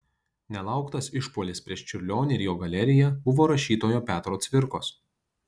nelauktas išpuolis prieš čiurlionį ir jo galeriją buvo rašytojo petro cvirkos